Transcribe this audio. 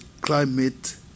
climate